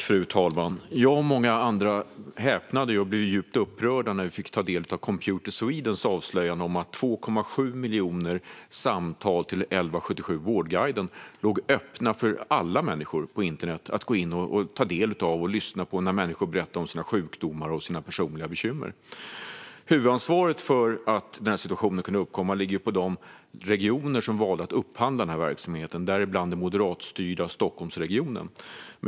Fru talman! Jag och många andra häpnade och blev djupt upprörda när vi tog del av Computer Swedens avslöjande om att 2,7 miljoner samtal till 1177 Vårdguiden låg öppna på internet för alla människor att ta del av och lyssna på när människor berättar om sina sjukdomar och personliga bekymmer. Huvudansvaret för att situationen kunde uppkomma ligger på de regioner som valde att upphandla verksamheten, däribland den moderatstyrda Stockholmsregionen.